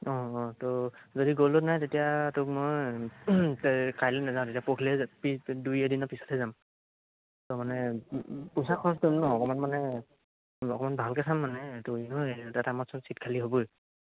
অঁ হয় তো যদি গল্ডত নাই তেতিয়া তোক মই এই কাইলৈ নেযাওঁ তেতিয়া পৰহিলৈহে পিছ দুই এদিনৰ পিছতহে যাম তাৰমানে পইচা খৰছ হ'ব ন তাৰমানে অকমান ভালকৈ চাম মানে তোৰ এনেও এটা টাইমত চব ছিট খালি হ'বই